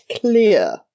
clear